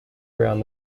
around